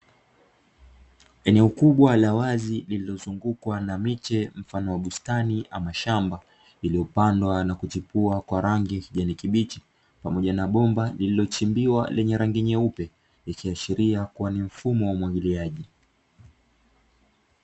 Eneo kubwa la wazi lililozungukwa na miche mfano wa bustani ama shamba, iliyopandwa na kuchipua kwa rangi ya kijani kibichi pamoja na bomba lililochimbiwa lenye rangi nyeupe, ikiashiria kuwa ni mfumo wa umwagiliaji.